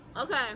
Okay